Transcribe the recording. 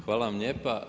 Hvala vam lijepa.